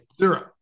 Zero